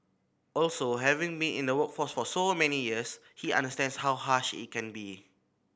also having been in the workforce for so many years he understands how harsh it can be